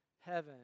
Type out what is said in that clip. heaven